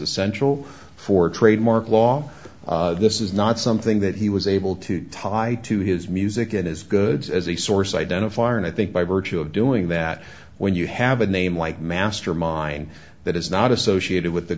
essential for trademark law this is not something that he was able to tie to his music and his goods as a source identifier and i think by virtue of doing that when you have a name like mastermind that is not associated with the